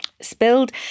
spilled